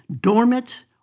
dormant